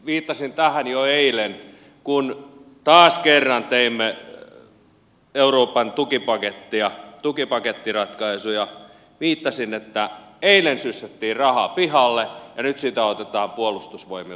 viittasin tähän jo eilen kun taas kerran teimme euroopan tukipakettiratkaisuja että eilen sysättiin rahaa pihalle ja nyt sitä otetaan puolustusvoimilta pois